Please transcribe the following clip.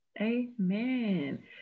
Amen